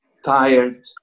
Tired